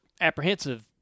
apprehensive